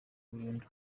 burundu